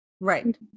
Right